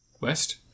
West